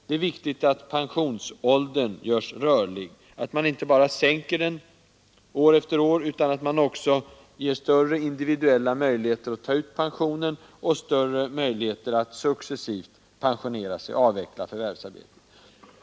Det är viktigt att pensionsåldern görs rörlig, att man inte bara sänker den år efter år, utan också ger större individuella möjligheter att ta ut pensionen och att successivt pensionera sig och avveckla förvärvsarbetet.